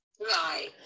Right